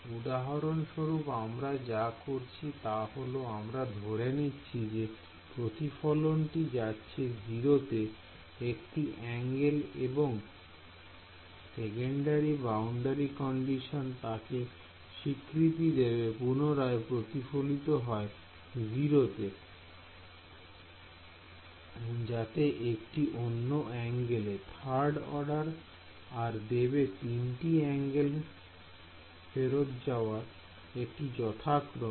উদাহরণস্বরূপ আমরা যা করছি তা হল আমরা ধরে নিচ্ছি যে প্রতিফলনটি যাচ্ছে 0 তে একটি অ্যাঙ্গেলে এবং সেকেন্ডারি বাউন্ডারি কন্ডিশন তাকে স্বীকৃতি দেবে পুনরায় প্রতিফলিত হয় 0 তে যেতে একটি অন্য অ্যাঙ্গেলে 3rd অর্ডার আর দেবে তিনটি অ্যাঙ্গেলে ফেরত যাওয়ার এবং যথাক্রমে